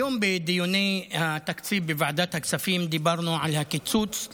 היום בדיוני התקציב בוועדת הכספים דיברנו על הקיצוץ,